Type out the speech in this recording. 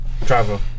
travel